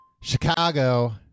Chicago